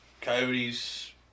coyotes